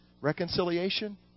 Reconciliation